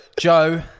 Joe